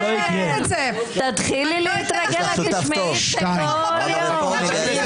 את תשמעי את זה כל יום.